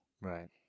Right